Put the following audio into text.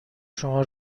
شما